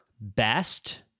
best